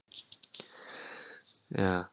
ya